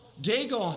Dagon